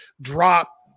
drop